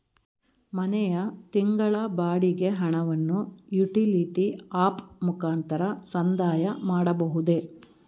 ಮನೆಯ ತಿಂಗಳ ಬಾಡಿಗೆ ಹಣವನ್ನು ಯುಟಿಲಿಟಿ ಆಪ್ ಮುಖಾಂತರ ಸಂದಾಯ ಮಾಡಬಹುದೇ?